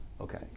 okay